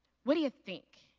what do you think?